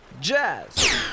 Jazz